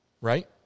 right